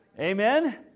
Amen